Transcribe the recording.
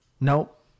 nope